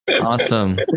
Awesome